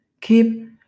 Keep